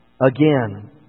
again